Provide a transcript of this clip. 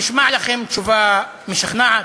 זו נשמעת לכם תשובה משכנעת?